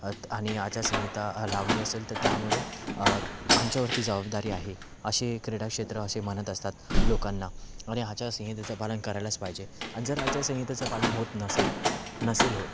तर आणि आचारसंहिता लावली असेल तर त्यामुळे आमच्यावरती जबाबदारी आहे असे क्रीडा क्षेत्र असे मानत असतात लोकांना आणि आचारसंहितेचं पालन करायलाच पाहिजे आणि जर आचारसंहितेचं पालन होत नसेल नसेल होत